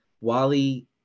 Wally